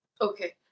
Okay